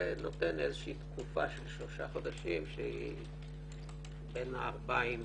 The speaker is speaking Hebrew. זה נותן איזו שהיא תקופה של שלושה חודשים ש"בין הערביים"